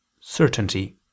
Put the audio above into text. certainty